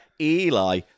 eli